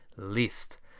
list